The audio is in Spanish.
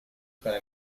para